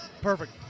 Perfect